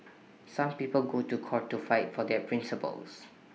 some people go to court to fight for their principles